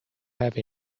have